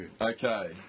Okay